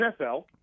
NFL